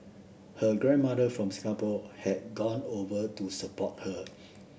her grandmother from Singapore had gone over to support her